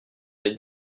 les